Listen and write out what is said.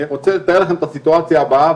אני רוצה לתאר לכם את הסיטואציה הבאה,